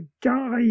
guy